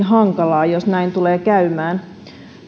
hankalaa jos näin tulee käymään